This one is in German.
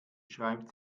schreibt